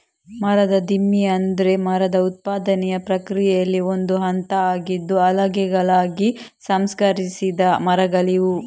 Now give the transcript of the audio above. ಮರದ ದಿಮ್ಮಿ ಅಂದ್ರೆ ಮರದ ಉತ್ಪಾದನೆಯ ಪ್ರಕ್ರಿಯೆಯಲ್ಲಿ ಒಂದು ಹಂತ ಆಗಿದ್ದು ಹಲಗೆಗಳಾಗಿ ಸಂಸ್ಕರಿಸಿದ ಮರಗಳಿವು